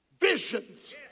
visions